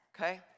okay